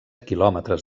quilòmetres